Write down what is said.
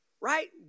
right